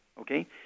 Okay